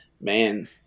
man